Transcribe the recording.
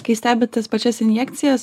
kai stebi tas pačias injekcijas